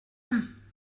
them